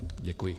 Děkuji.